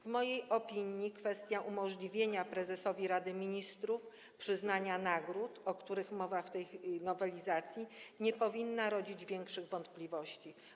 W mojej opinii kwestia umożliwienia prezesowi Rady Ministrów przyznawania nagród, o których mowa w tej nowelizacji, nie powinna rodzić większych wątpliwości.